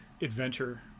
adventure